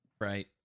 Right